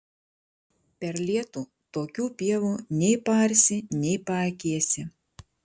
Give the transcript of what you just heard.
per lietų tokių pievų nei paarsi nei paakėsi